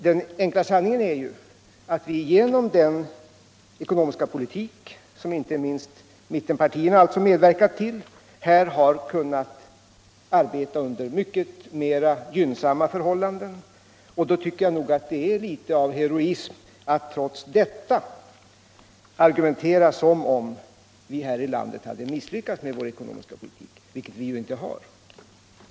Den enkla sanningen är att vi genom vår ekonomiska politik, som inte minst mittenpartierna alltså medverkat till, här har kunnat arbeta under mycket mera gynnsamma förhållanden. Då tycker jag det är litet av heroism att trots detta argumentera som om vi här i landet hade misslyckats med vår ekonomiska politik, vilket vi ju inte har gjort.